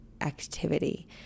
activity